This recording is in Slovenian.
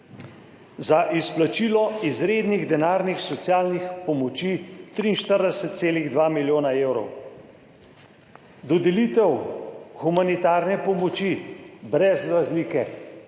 Za izplačilo izrednih denarnih socialnih pomoči 43,2 milijona evrov, dodelitev humanitarne pomoči brez razlike